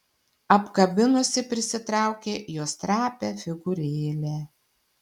apkabinusi prisitraukė jos trapią figūrėlę